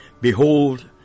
Behold